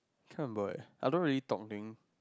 try and do it I don't really talk during